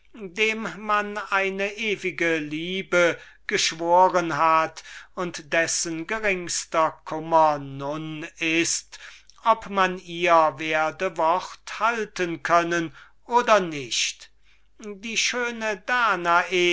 dem man eine ewige liebe geschworen hat und dessen geringster kummer nun ist ob man ihr werde wort halten können die schöne danae